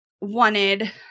wanted